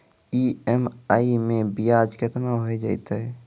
EMI मैं ब्याज केतना हो जयतै?